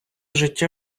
життя